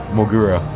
Mogura